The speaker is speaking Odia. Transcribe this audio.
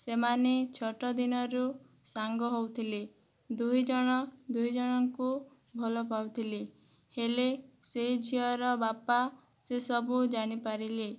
ସେମାନେ ଛୋଟ ଦିନରୁ ସାଙ୍ଗ ହେଉଥିଲେ ଦୁଇଜଣ ଦୁଇଜଣଙ୍କୁ ଭଲ ପାଉଥିଲେ ହେଲେ ସେ ଝିଅର ବାପା ସେ ସବୁ ଜାଣିପାରିଲେ